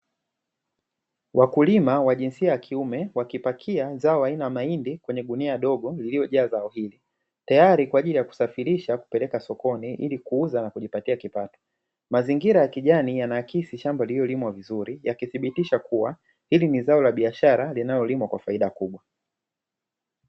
Wakulima wa jinsia ya kiume wakipatia zao aina ya mahindi kwenye gunia dogo lililojaa zao hili, tayari kwa ajili ya kusafirisha kupeleka sokoni ili kuuza na kujipatia kipato, mazingira ya kijani yanaakisi shamba lililolimwa vizuri yakisibitisha kuwa hili ni zao la biashara linalolimwa kawa faida kubwa.